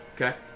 Okay